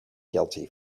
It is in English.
guilty